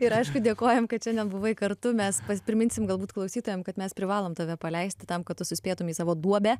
ir aišku dėkojam kad šiandien buvai kartu mes priminsim galbūt klausytojam kad mes privalom tave paleisti tam kad tu suspėtum į savo duobę